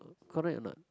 correct or not